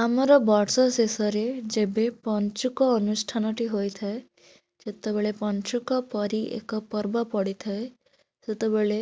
ଆମର ବର୍ଷ ଶେଷରେ ଯେବେ ପଞ୍ଚୁକ ଅନୁଷ୍ଠାନଟି ହୋଇଥାଏ ଯେତେବେଳେ ପଞ୍ଚୁକ ପରି ଏକ ପର୍ବ ପଡ଼ିଥାଏ ସେତବେଳେ